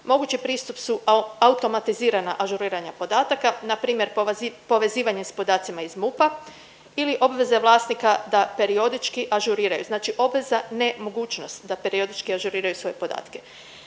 Mogući pristup su automatizirana ažuriranja podataka npr. povezivanje s podacima iz MUP-a ili obveze vlasnika da periodički ažuriraju. Znači obveza, ne mogućnost da periodički ažuriraju svoje podatke